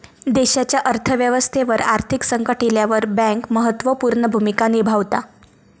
देशाच्या अर्थ व्यवस्थेवर आर्थिक संकट इल्यावर बँक महत्त्व पूर्ण भूमिका निभावता